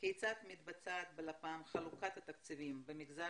כיצד מתבצעת בלפ"מ חלוקת התקציבים במגזר